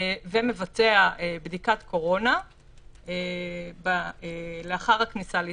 ומבצע בדיקת קורונה לאחר הכניסה לישראל.